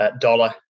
dollar